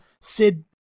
Sid